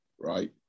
right